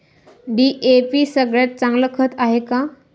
DAP सगळ्यात चांगलं खत हाये का?